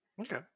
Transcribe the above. Okay